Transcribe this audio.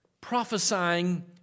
prophesying